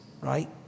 right